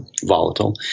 volatile